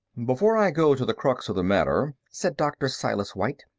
before i go to the crux of the matter, said dr. silas white,